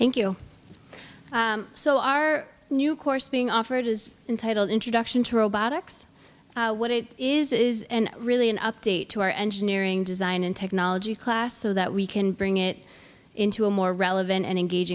thank you so our new course being offered is entitled introduction to robotics what it is is really an update to our engineering design and technology class so that we can bring it into a more relevant and engag